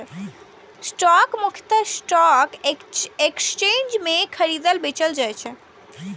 stock मुख्यतः stock exchange मे खरीदल, बेचल जाइ छै